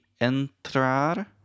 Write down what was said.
entrar